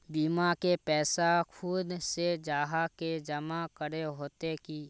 बीमा के पैसा खुद से जाहा के जमा करे होते की?